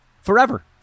Forever